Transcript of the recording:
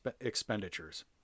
expenditures